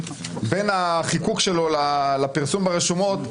בין החיקוק שלו לפרסום ברשומות,